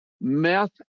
Meth